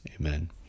Amen